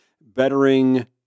bettering